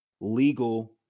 legal